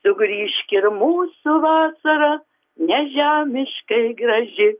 sugrįžk ir mūsų vasara nežemiškai graži